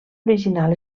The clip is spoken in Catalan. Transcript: original